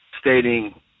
stating